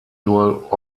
nur